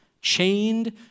chained